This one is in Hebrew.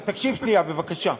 תקשיב שנייה, בבקשה.